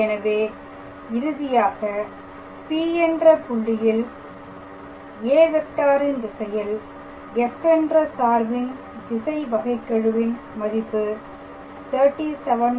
எனவே இறுதியாக P என்ற புள்ளியில் a வெக்டாரின் திசையில் f என்ற சார்பின் திசை வகைகெழு ன் மதிப்பு 373 ஆகும்